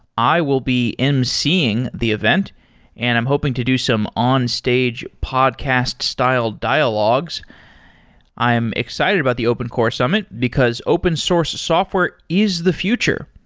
i will be emceeing the event and i'm hoping to do some onstage podcast-styled dialogues i am excited about the open core summit, because open source software is the future.